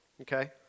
okay